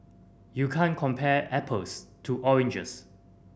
you can't compare apples to oranges